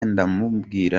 ndamubwira